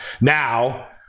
Now